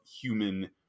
human